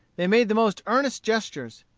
they made the most earnest gestures.